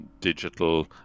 digital